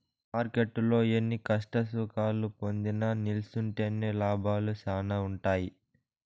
మార్కెట్టులో ఎన్ని కష్టసుఖాలు పొందినా నిల్సుంటేనే లాభాలు శానా ఉంటాయి